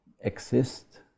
exist